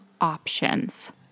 options